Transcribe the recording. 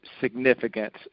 significance